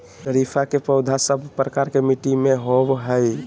शरीफा के पौधा सब प्रकार के मिट्टी में होवअ हई